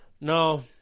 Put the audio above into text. No